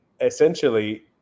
essentially